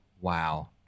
Wow